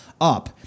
up